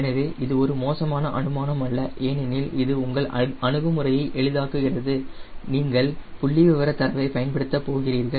எனவே இது ஒரு மோசமான அனுமானம் அல்ல ஏனெனில் இது உங்கள் அணுகுமுறையை எளிதாக்குகிறது ஏனெனில் நீங்கள் புள்ளிவிவர தரவைப் பயன்படுத்தப் போகிறீர்கள்